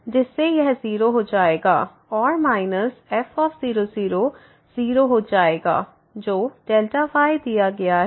जिससे यह 0 हो जाएगा और माइनस f0 00 हो जाएगा जो y दिया गया है